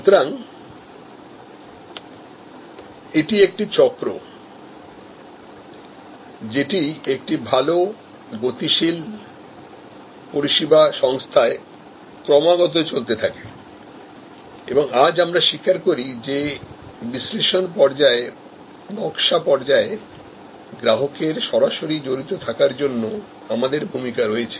সুতরাং এটি একটি চক্র যেটি একটি ভাল গতিশীল পরিষেবা সংস্থায় ক্রমাগত চলতে থাকে এবং আজ আমরা স্বীকার করি যে বিশ্লেষণ পর্যায়ে নক্সা পর্যায়ে গ্রাহকের সরাসরি জড়িত থাকার জন্য আমাদের ভূমিকা রয়েছে